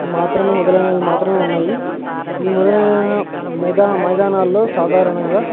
మాత్రమే మొదలైనవి మాత్రమే ఉన్నాయి ఈ మొదలైన మైదా మైదానాలలో సాధారణంగా